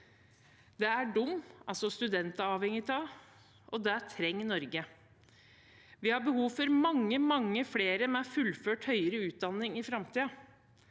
Det er de, altså studentene, avhengig av, og det trenger Norge. Vi har behov for mange, mange flere med fullført høyere utdanning i framtiden.